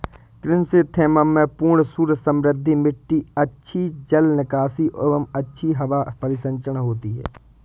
chrysanthemum में पूर्ण सूर्य समृद्ध मिट्टी अच्छी जल निकासी और अच्छी हवा परिसंचरण होती है